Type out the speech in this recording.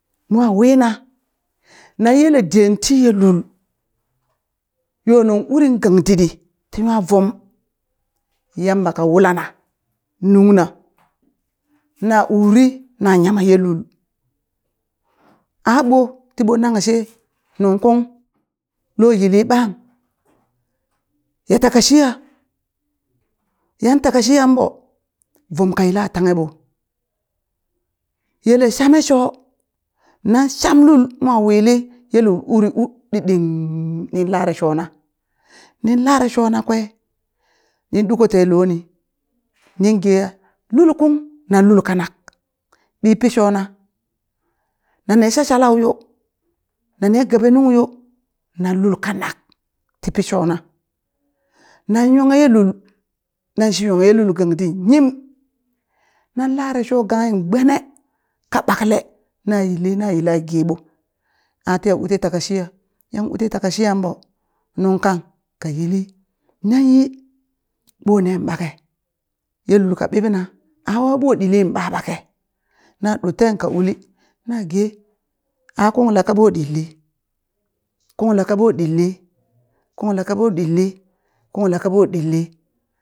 Mwa wina nan yele den tiye lul yo nung urin gang ditdi tiwa vum Yamma ka wulana nungna na uri na yama ye lul a ɓo tiɓo nang she nungkung lo yili ɓang ya taka shiya yan taka shiyanɓo vum ka yila tanghe ɓo yele shame sho nan sham lul mo wi li ye lul uri u ɗiɗim nin lare shona, nin lare shona kwe nin ɗuko ten loni nin geha lul kung nan lul kanak ɓi pi shona nane shashalau yo nane gabe nungyo nan lul kanak tipi shona nan nyonghe ye lul, nan shi nyonghe ye lul gang dit yim, nan lare sho ganghi gbene ka ɓakle na yili na yila geɓo a tiya u ti taka shiya, yan u ti taka shiyan ɓo nung kang ka yili nan yi ɓo nen ɓake ye lul ka ɓiɓina awa ɓo ɗilin ɓaɓake? na ɗotten ka uli na ge a kung la kaɓo ɗilli kung la kaɓo dilli kung la kaɓo ɗilli kung la kaɓo ɗilli